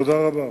תודה רבה.